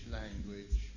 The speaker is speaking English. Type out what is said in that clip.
language